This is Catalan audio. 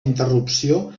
interrupció